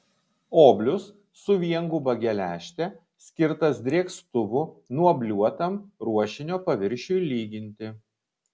oblius su vienguba geležte skirtas drėkstuvu nuobliuotam ruošinio paviršiui lyginti